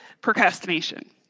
procrastination